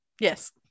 yes